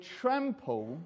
trample